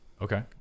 Okay